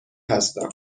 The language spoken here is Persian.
هستم